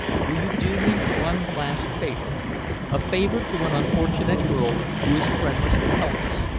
will you do me one last favor a favor to an unfortunate girl who is friendless and helpless,